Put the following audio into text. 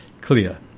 clear